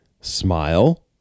smile